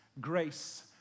Grace